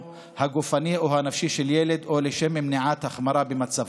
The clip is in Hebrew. הגופני או הנפשי של ילד או לשם מניעת החמרה במצבו.